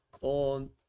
on